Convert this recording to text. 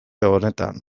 honetan